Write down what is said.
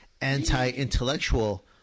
anti-intellectual